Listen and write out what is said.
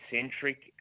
centric